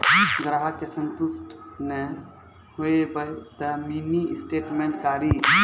ग्राहक के संतुष्ट ने होयब ते मिनि स्टेटमेन कारी?